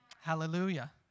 Hallelujah